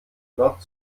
nord